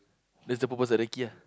that's the purpose of recce ah